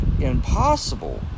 impossible